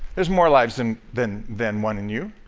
there's more lives and than than one in you.